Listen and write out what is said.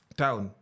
town